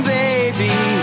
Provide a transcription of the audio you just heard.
baby